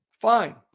fine